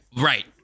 right